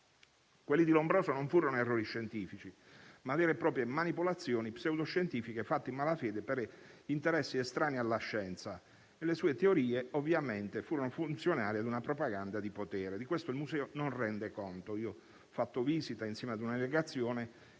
Quelli di Lombroso furono non errori scientifici, ma vere e proprie manipolazioni pseudoscientifiche fatte in malafede per interessi estranei alla scienza e le sue teorie furono funzionali a una propaganda di potere. Di questo il museo non rende conto. Vi ho fatto visita, insieme a una delegazione,